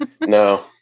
No